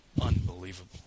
unbelievable